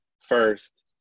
First